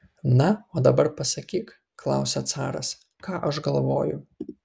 na o dabar pasakyk klausia caras ką aš galvoju